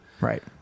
Right